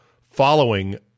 following